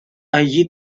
allí